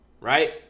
right